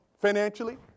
Financially